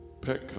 Petco